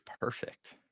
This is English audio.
perfect